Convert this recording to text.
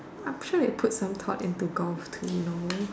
I'm sure they have put some thoughts into golf too know